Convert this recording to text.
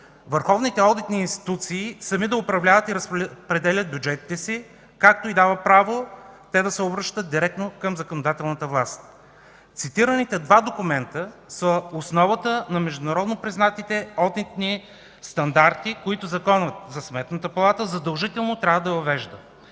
върховните одитни институции сами да управляват и разпределят бюджетите си, както и дава право те да се обръщат директно към законодателната власт. Цитираните два документа са основата на международно признатите одитни стандарти, които Законът за Сметната палата задължително трябва да въвежда.